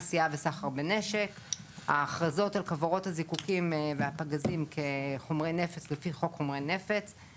נשיאה וסחר בנשק; הכרזות על חברות הזיקוקים והפגזים כחומרי נפץ לפי